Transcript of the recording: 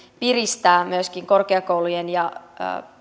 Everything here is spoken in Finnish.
piristää myöskin korkeakoulujen ja